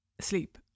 sleep